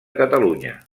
catalunya